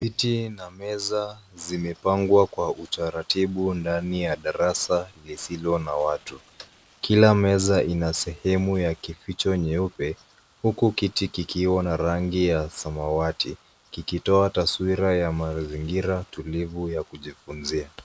Viti na meza zimepangwa kwa utaratibu ndani ya darasa lisilo na watu. Kila meza ina sehemu ya kificho nyeupe, huku kiti kikiwa na rangi ya samawati. Kikitoa taswira ya mazingira mazuri ya kujifunzia.